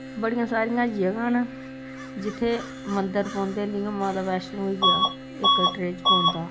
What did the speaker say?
बड़ियां सारियां जगह न जित्थे मंदर पौंदे न जियां माता वैष्णो होई गेआ एह् कटरे च पौंदा